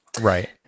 Right